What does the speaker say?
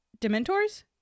Dementors